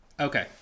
Okay